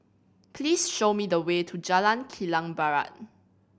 please show me the way to Jalan Kilang Barat